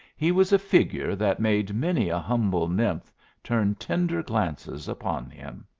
he was a figure that made many a humble nymph turn tender glances upon him.